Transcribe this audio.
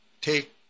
take